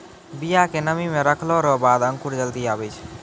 बिया के नमी मे रखलो रो बाद अंकुर जल्दी आबै छै